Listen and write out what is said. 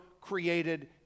created